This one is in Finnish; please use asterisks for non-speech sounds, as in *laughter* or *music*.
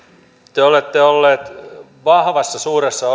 te te olette olleet vahvassa suuressa *unintelligible*